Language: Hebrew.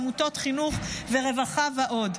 עמותות חינוך ורווחה ועוד.